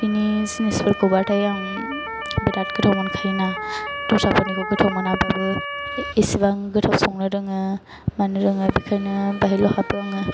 बिनि जिनिसफोरखौ बाथाय आं बिराद गोथाव मोनखायो ना दस्राफोरनिखौ गोथाव मोनाबाबो इसेबां गोथाव संनो रोङो मानो रोङो बेनिखायनो बेवहायल' हाबो आङो